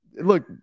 Look